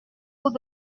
tout